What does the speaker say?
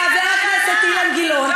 חבר הכנסת אילן גילאון,